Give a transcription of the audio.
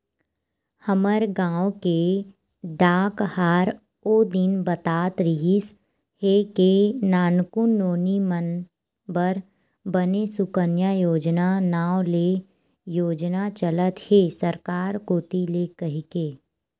हमर गांव के डाकहार ओ दिन बतात रिहिस हे के नानकुन नोनी मन बर बने सुकन्या योजना नांव ले योजना चलत हे सरकार कोती ले कहिके